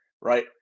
right